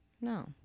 No